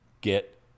get